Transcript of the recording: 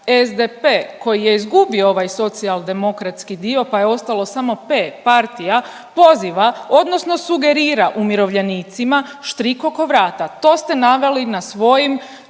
SDP koji je izgubio ovaj socijaldemokratski dio pa je ostalo samo P, partija, poziva odnosno sugerira umirovljenicima štrik oko vrata. To ste naveli na svojim,